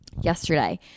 Yesterday